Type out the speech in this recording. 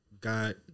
God